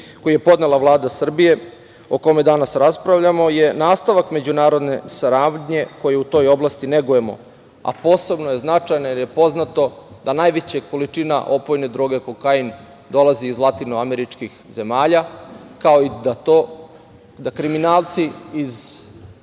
koji je podnela Vlada Srbije, o kome danas raspravljamo, je nastavak međunarodne saradnje koju u toj oblasti negujemo, a posebno je značajno jer je poznato da najveća količina opojne droge kokain dolazi iz latinoameričkih zemalja, kao i da to da kriminalci iz